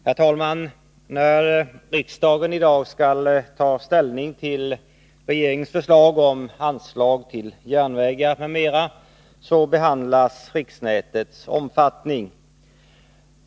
Herr talman! När riksdagen i dag skall ta ställning till regeringens förslag om anslag till järnvägar m.m. behandlas riksnätets omfattning.